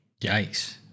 Yikes